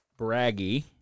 braggy